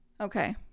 okay